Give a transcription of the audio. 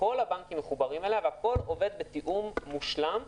הבנקים מחוברים אליה והכול עובד בתיאום מושלם,